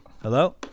hello